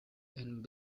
and